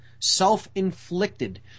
self-inflicted